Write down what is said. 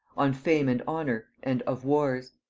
on fame and honor, and of wars.